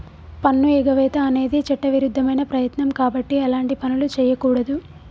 పన్నుఎగవేత అనేది చట్టవిరుద్ధమైన ప్రయత్నం కాబట్టి అలాంటి పనులు చెయ్యకూడదు